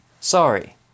Sorry